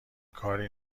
کاری